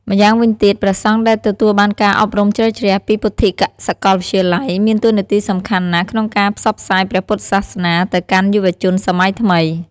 ម្យ៉ាងវិញទៀត ព្រះសង្ឃដែលទទួលបានការអប់រំជ្រៅជ្រះពីពុទ្ធិកសាកលវិទ្យាល័យមានតួនាទីសំខាន់ណាស់ក្នុងការផ្សព្វផ្សាយព្រះពុទ្ធសាសនាទៅកាន់យុវជនសម័យថ្មី។